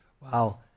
Wow